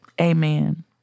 Amen